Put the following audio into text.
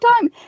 time